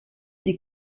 des